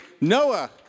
Noah